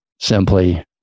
simply